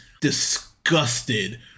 disgusted